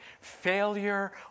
failure